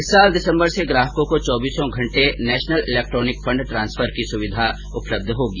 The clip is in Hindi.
इस साल दिसम्बर से ग्राहकों को चौबीसों घंटे नेशनल इलेक्ट्रॉनिक फंड ट्रांसफर की सुविधा उपलब्ध होगी